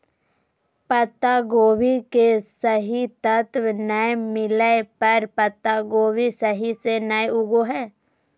पत्तागोभी के सही तत्व नै मिलय पर पत्तागोभी सही से नय उगो हय